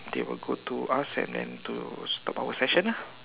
they will go to us and then to stop our session lah